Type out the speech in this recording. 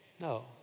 No